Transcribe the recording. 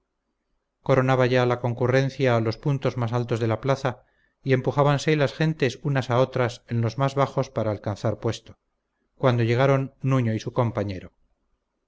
tremendo combate coronaba ya la concurrencia los puntos más altos de la plaza y empujábanse las gentes unas a otras en los más bajos para alcanzar puesto cuando llegaron nuño y su compañero